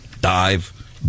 dive